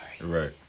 Right